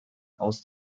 aus